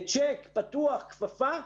צ'ק פתוח וכפפה,